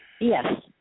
Yes